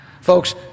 Folks